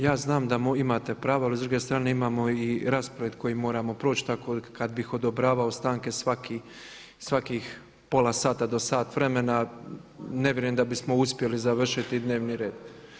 Ja znam da imate pravo, ali s druge strane imamo i raspored koji moramo proći tako kada bih odobravao stanke svakih pola sata do sat vremena ne vjerujem da bismo uspjeli završiti dnevni red.